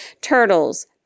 Turtles